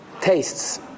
tastes